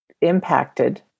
impacted